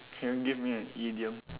can you give me an idiom